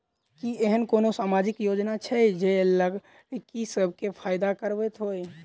की एहेन कोनो सामाजिक योजना छै जे लड़की सब केँ फैदा कराबैत होइ?